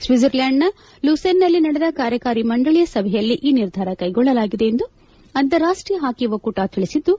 ಸ್ವಿಜರ್ಲ್ಕಾಂಡ್ನ ಲೂಸೆನ್ನಲ್ಲಿ ನಡೆದ ಕಾರ್ಯಕಾರಿ ಮಂಡಳಿ ಸಭೆಯಲ್ಲಿ ಈ ನಿರ್ಧಾರ ಕೈಗೊಳ್ಳಲಾಗಿದೆ ಎಂದು ಅಂತರಾಷ್ಷೀಯ ಹಾಕಿ ಒಕ್ಕೂಟ ತಿಳಿಸಿದ್ದು